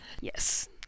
Yes